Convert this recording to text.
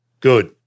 Good